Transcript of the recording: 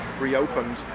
reopened